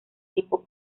tipo